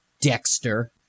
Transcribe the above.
Dexter